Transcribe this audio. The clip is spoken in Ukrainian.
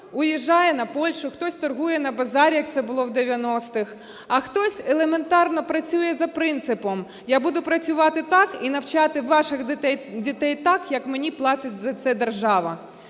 Хтось уїжджає на Польщу, хтось торгує на базарі, як це було в 90-х. А хтось елементарно працює за принципом: "Я буду працювати так і навчати ваших дітей так, як мені платить за це держава".